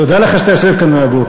תודה לך שאתה יושב פה מהבוקר.